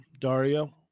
Dario